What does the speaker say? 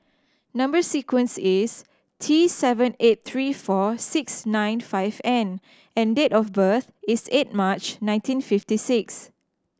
number sequence is T seven eight three four six nine five N and date of birth is eight March nineteen fifty six